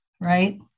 right